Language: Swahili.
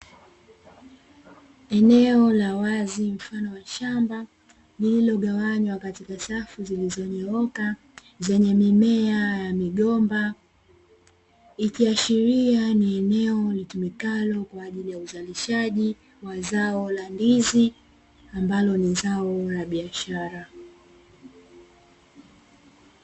Eneo la wazi mfano wa shamba, lililogawanywa katika safu zilizonyooka zenye mimea ya migomba. Ikiashiria ni eneo litumikalo kwa ajili ya uzalishaji wa zao la ndizi ambalo ni zao la biashara.